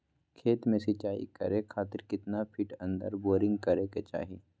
खेत में सिंचाई करे खातिर कितना फिट अंदर बोरिंग करे के चाही?